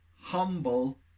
humble